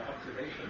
observation